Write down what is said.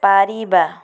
ପାରିବା